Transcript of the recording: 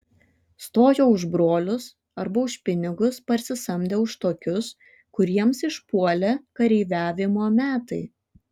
stojo už brolius arba už pinigus parsisamdę už tokius kuriems išpuolė kareiviavimo metai